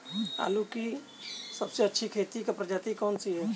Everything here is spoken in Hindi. आलू की सबसे अच्छी प्रजाति कौन सी है?